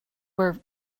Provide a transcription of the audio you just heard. were